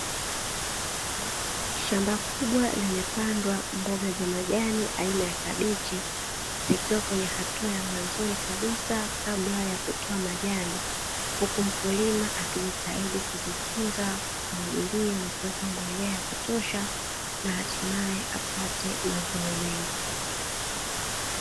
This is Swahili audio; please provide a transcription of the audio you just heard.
Shamba kubwa limepandwa mboga za majani aina ya kabichi, zikiwa katika hatua ya mwanzoni kabisa kabla ya kutoa majani. Huku mkulima akijatahidi kuzitunza kwa kumwagilia na kuweka mbolea ya kutosha na hatimae aweze kupata mavuno mengi.